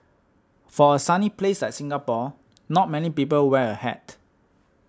for a sunny place like Singapore not many people wear a hat